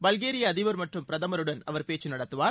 பல்கேரிய அதிபர் மற்றும் பிரதமருடன் அவர் பேச்சு நடத்துவார்